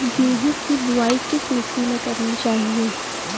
गेहूँ की बुवाई किस मिट्टी में करनी चाहिए?